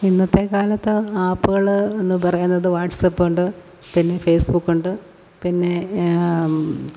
ഇന്നത്തെ കാലത്ത് ആപ്പുകൾ എന്ന് പറയുന്നത് വാട്സ്ആപ്പ് ഉണ്ട് പിന്നെ ഫേസ്ബുക്ക് ഉണ്ട് പിന്നെ